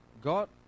God